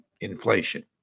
inflation